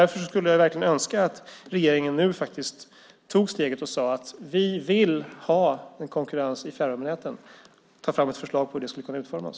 Därför skulle jag verkligen önska att regeringen nu tog steget och sade att vi vill ha en konkurrens i fjärrvärmenäten och tar fram ett förslag på hur det ska utformas.